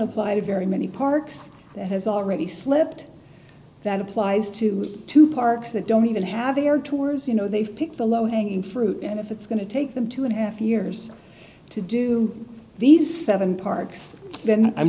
apply to very many parks that has already slipped that applies to two parks that don't even have their tours you know they've picked the low hanging fruit and if it's going to take them two and a half years to do these seven parks then i'm